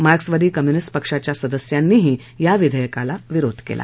मार्क्सवादी कम्युनिस्त्रापक्षाच्या सदस्यांनीही या विधेयकाला विरोध केला